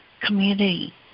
community